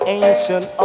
ancient